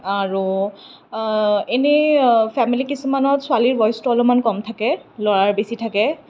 আৰু এনেই ফেমিলী কিছুমানত ছোৱালীৰ ভইচটো অলপমান কম থাকে ল'ৰাৰ বেছি থাকে